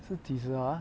是几时 ah